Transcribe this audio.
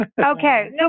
Okay